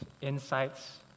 insights